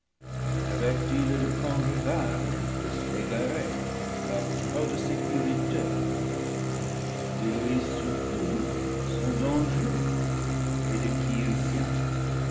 de prendre garde de s'égarer par trop de sécurité dis-lui surtout son danger et de qui il vient